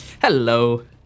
hello